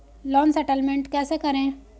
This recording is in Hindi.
लोन सेटलमेंट कैसे करें?